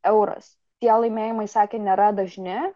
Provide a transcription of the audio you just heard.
euras tie laimėjimai sakė nėra dažni